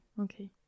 okay